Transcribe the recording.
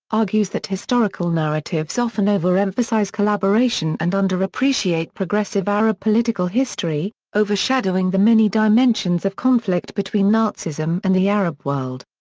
argues that historical narratives often over-emphasize collaboration and under-appreciate progressive arab political history, overshadowing the many dimensions of conflict between nazism and the arab world.